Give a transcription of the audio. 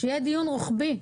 שיהיה דיון רוחבי,